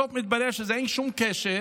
בסוף מתברר שאין שום קשר